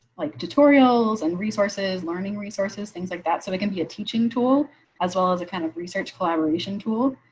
like tutorials and resources learning resources, things like that. so it can be a teaching tool as well as it kind of research collaboration tool,